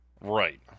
Right